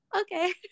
okay